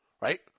Right